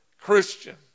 Christian